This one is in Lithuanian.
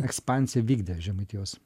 ekspansiją vykdė žemaitijos